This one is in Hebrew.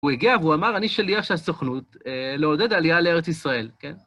הוא הגיע והוא אמר, אני שליח של הסוכנות לעודד עלייה לארץ ישראל, כן?